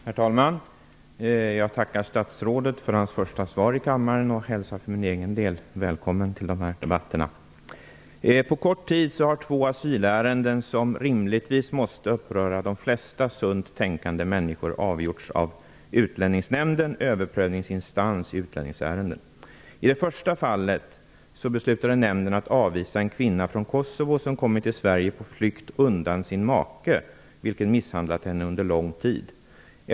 Herr talman! Jag tackar statsrådet Blomberg för hans första svar här i kammaren och hälsar honom välkommen till de här debatterna. På kort tid har två asylärenden, som rimligtvis måste uppröra de flesta sunt tänkande människor, avgjorts av Utlänningsnämnden - I det första fallet beslutade nämnden att avvisa en kvinna från Kosovo, en kvinna som kommit till Sverige på flykt undan sin make. Maken hade sedan lång tid misshandlat henne.